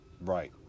Right